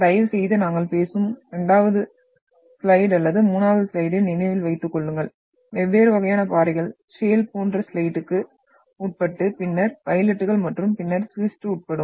தயவுசெய்துநாங்கள் பேசும் 2 வது ஸ்லைடு அல்லது 3 வது ஸ்லைடை நினைவில் வைத்துக் கொள்ளுங்கள் வெவ்வேறு வகையான பாறைகள் ஷேல் போன்ற ஸ்லேட்டுக்கு உட்பட்டு பின்னர் பைலைட்டுகள் மற்றும் பின்னர் ஸ்கிஸ்ட் உட்படும்